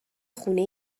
خونه